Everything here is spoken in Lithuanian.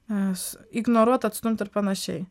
es ignoruot atstumt ir panašiai